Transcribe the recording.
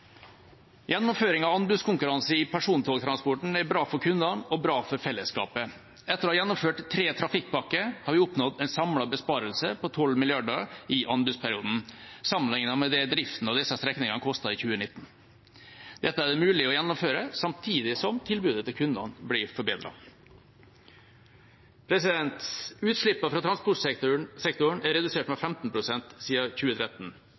Gjennomføring av anbudskonkurranse i persontogtransporten er bra for kundene og bra for fellesskapet. Etter å ha gjennomført tre trafikkpakker har vi oppnådd en samlet besparelse på 12 mrd. kr i anbudsperioden, sammenlignet med det driften av disse strekningene kostet i 2019. Dette er det mulig å gjennomføre samtidig som tilbudet til kundene blir forbedret. Utslippene fra transportsektoren er redusert med 15 pst. siden 2013.